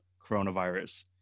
coronavirus